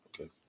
Okay